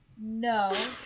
No